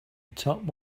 top